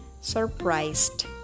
surprised